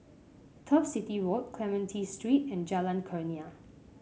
Turf City Road Clementi Street and Jalan Kurnia